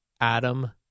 Adam